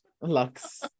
lux